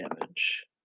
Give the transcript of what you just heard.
damage